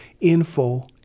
info